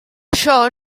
això